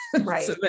Right